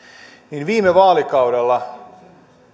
niin viime vaalikaudella